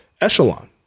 echelon